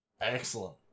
Excellent